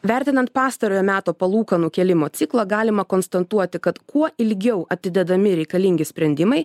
vertinant pastarojo meto palūkanų kėlimo ciklą galima konstantuoti kad kuo ilgiau atidedami reikalingi sprendimai